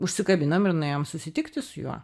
užsikabinom ir nuėjom susitikti su juo